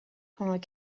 pendant